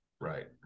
right